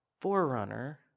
forerunner